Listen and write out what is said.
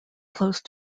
close